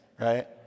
right